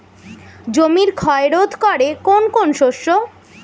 জমির ক্ষয় রোধ করে কোন কোন শস্য?